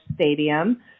Stadium